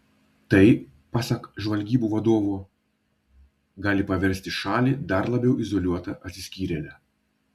tai pasak žvalgybų vadovo gali paversti šalį dar labiau izoliuota atsiskyrėle